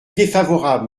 défavorable